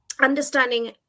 understanding